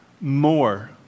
more